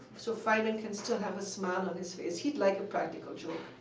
so feynman can still have a smile on his face. he'd like a practical joke.